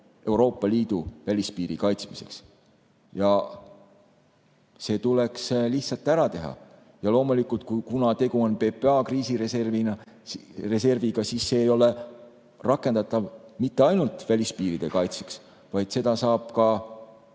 Euroopa Liidu välispiiri kaitsmiseks. See tuleks lihtsalt ära teha. Ja loomulikult, kuna tegu on PPA kriisireserviga, siis see ei ole rakendatav mitte ainult välispiiri kaitseks, vaid seda saab ka